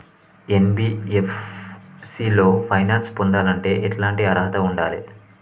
NBFC లో finance పొందాలంటే ఎట్లాంటి అర్హత ఉండాలే?